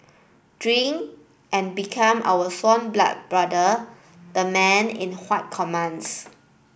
drink and become our sworn blood brother the man in white commands